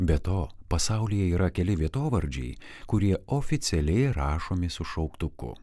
be to pasaulyje yra keli vietovardžiai kurie oficialiai rašomi su šauktuku